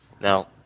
Now